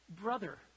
Brother